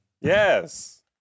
Yes